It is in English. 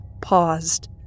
paused